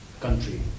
country